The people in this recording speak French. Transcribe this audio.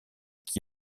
qui